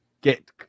get